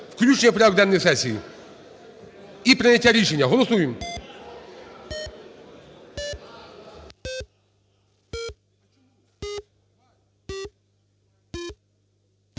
включення в порядок денний сесії і прийняття рішення. Голосуємо.